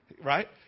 Right